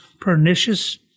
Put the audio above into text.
pernicious